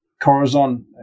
Corazon